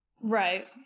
Right